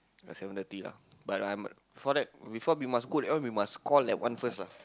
seven thirty lah but I'm before that before we go that one we must call that one first lah